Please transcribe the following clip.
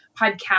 podcast